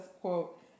quote